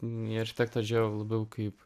į architektą žiūrėjau kaip